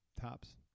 tops